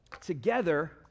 together